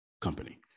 company